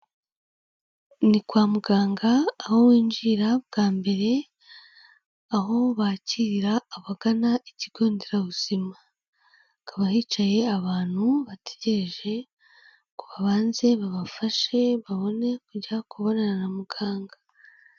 Ni kwa muganga aho winjira bwa mbere, aho bakira abagana ikigo nderabuzima. Hakaba hicaye abantu bategereje ngo babanze babafashe babone kujya kubonana na muganga.